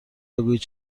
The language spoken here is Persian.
بگویید